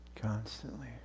Constantly